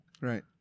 Right